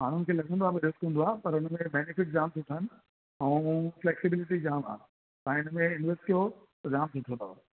माण्हुनि खे लॻंदो आहे भई रिस्क हूंदो आहे पर हुन में बेनेफिट जामु सुठा आहिनि ऐं फ्लेक्सिबिलिटी जामु आहे तव्हां हिन में इन्वेस्ट कयो त जामु पैसो अथव